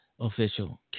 official